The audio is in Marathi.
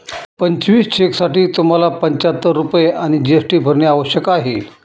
पंचवीस चेकसाठी तुम्हाला पंचाहत्तर रुपये आणि जी.एस.टी भरणे आवश्यक आहे